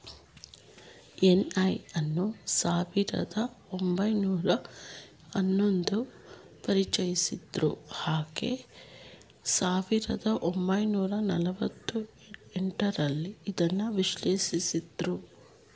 NI ಅನ್ನು ಸಾವಿರದ ಒಂಬೈನೂರ ಹನ್ನೊಂದು ಪರಿಚಯಿಸಿದ್ರು ಹಾಗೂ ಸಾವಿರದ ಒಂಬೈನೂರ ನಲವತ್ತ ಎಂಟರಲ್ಲಿ ಇದನ್ನು ವಿಸ್ತರಿಸಿದ್ರು